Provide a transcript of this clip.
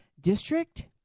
district